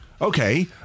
Okay